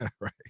Right